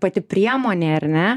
pati priemonė ar ne